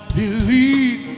believe